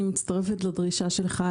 אני מצטרפת לדרישה שלך,